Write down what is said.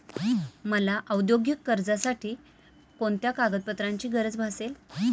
मला औद्योगिक कर्जासाठी कोणत्या कागदपत्रांची गरज भासेल?